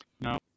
no